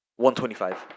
125